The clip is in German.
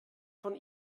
von